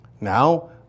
Now